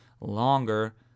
longer